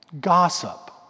gossip